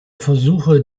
versuche